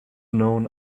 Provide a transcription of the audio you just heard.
known